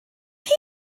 chi